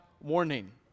warning